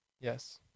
Yes